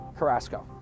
Carrasco